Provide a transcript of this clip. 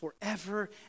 forever